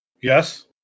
Yes